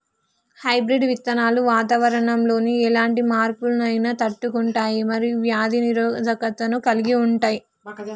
hybrid విత్తనాలు వాతావరణంలోని ఎలాంటి మార్పులనైనా తట్టుకుంటయ్ మరియు వ్యాధి నిరోధకతను కలిగుంటయ్